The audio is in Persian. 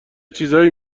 چیزایی